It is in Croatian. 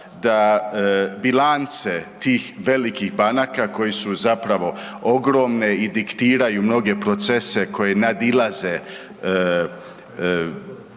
da bilance tih velikih banaka koje su zapravo ogromne i diktiraju mnoge procese koje nadilaze